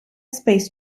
space